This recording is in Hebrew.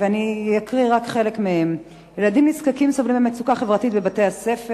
אני אקרא רק חלק מהם: ילדים נזקקים סובלים ממצוקה חברתית בבתי-הספר.